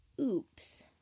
oops